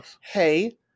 hey